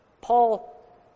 Paul